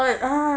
oh my god ah